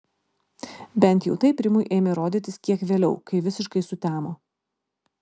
bent jau taip rimui ėmė rodytis kiek vėliau kai visiškai sutemo